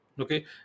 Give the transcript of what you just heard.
okay